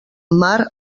mar